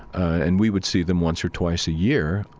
and we would see them once or twice a year,